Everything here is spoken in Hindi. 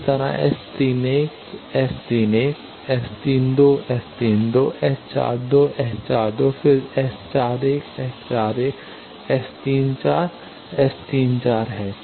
इसी तरह S 3 1 S31 S 3 2 S3 2 S 42 S 42 फिर S 41 S 41 S 3 4 is S34 है